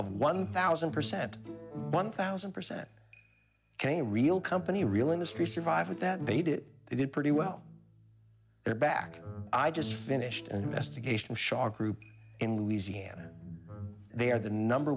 of one thousand percent one thousand percent came real company real industry survive and that they did they did pretty well they're back i just finished an investigation shaw group in louisiana they are the number